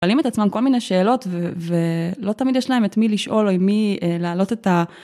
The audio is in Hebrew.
שואלים את עצמם כל מיני שאלות ולא תמיד יש להם את מי לשאול או עם מי להעלות את ה...